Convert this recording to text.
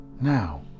Now